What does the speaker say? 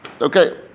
Okay